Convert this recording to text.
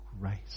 grace